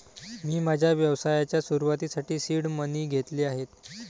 मी माझ्या व्यवसायाच्या सुरुवातीसाठी सीड मनी घेतले आहेत